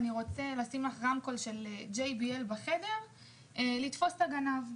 אני רוצה לשים לך רמקול GBL בחדר כדי לתפוס את הגנב.